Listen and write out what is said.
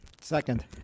Second